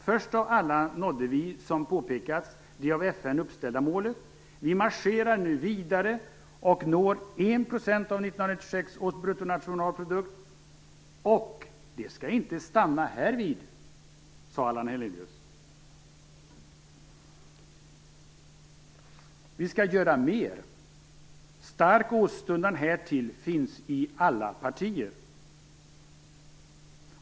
Först av alla nådde vi, som påpekats, det av FN uppställda målet. Vi marscherar nu vidare och når en procent av 1976 års bruttonationalprodukt. Och det skall inte stanna härvid", sade Allan Hernelius. Han sade att vi skulle göra mer: "Stark åstundan härtill finns i alla partier.